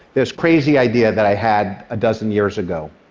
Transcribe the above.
this crazy idea that i had a dozen years ago.